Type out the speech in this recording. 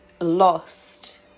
lost